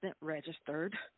registered